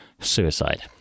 suicide